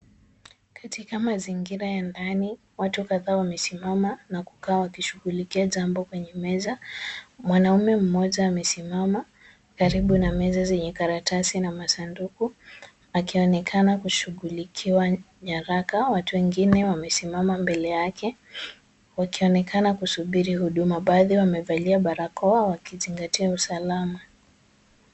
Katika mazingira ya ndani watu kadhaa wamesimama na kukaa wakishugulikia jambo kwenye meza. Mwanaume mmoja amesimama karibu na meza zenye karatasi na masanduku akionekana kushughulikiwa nyaraka. Watu wengine wamesimama mbele yake wakionekana kusubiri huduma. Baadhi yao wamevalia barakoa wakizingatia usalama.